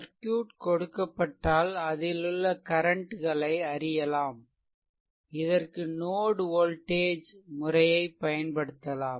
circuit கொடுக்கப்பட்டால் அதிலுள்ள கரன்ட்களை கண்டறியலாம் இதற்கு நோட் வோல்டேஜ் முறையை பயன்படுத்தலாம்